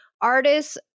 artists